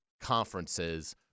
conferences